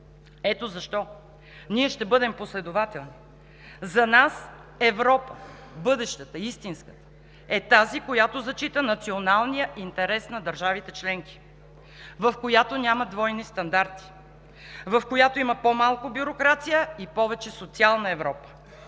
Ето защо ние ще бъдем последователни. За нас Европа – бъдещата, истинската, е тази, която зачита националния интерес на държавите членки, в която няма двойни стандарти; в която има по-малко бюрокрация и повече социална Европа.